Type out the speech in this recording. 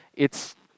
it's